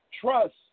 Trust